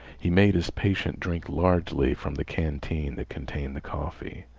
he made his patient drink largely from the canteen that contained the coffee.